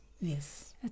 Yes